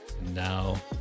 Now